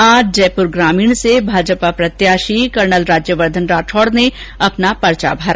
आज जयपुर ग्रामीण से भाजपा प्रत्याषी कर्नल राज्यवर्धन राठौड ने अपना पर्चा भरा